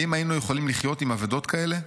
האם היינו יכולים לחיות עם אבדות כאלה?